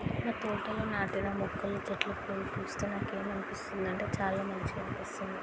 మా తోటలో నాటిన మొక్కలు చెట్లకు పూలు పూస్తే నాకు ఏమనిస్తుంది అంటే చాలా మంచిగా అనిపిస్తుంది